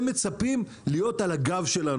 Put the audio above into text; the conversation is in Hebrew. הם מצפים להיות על הגב שלנו.